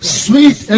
sweet